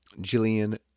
Jillian